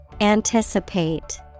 Anticipate